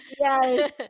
Yes